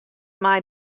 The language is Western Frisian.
mei